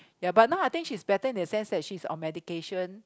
ya but now I think she's better in the sense that she's on medication